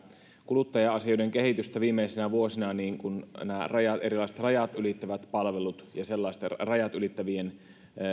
kuluttaja asioiden kehitystä viimeisinä vuosina niin kun erilaiset rajat ylittävät palvelut ja sellaisten rajat ylittävien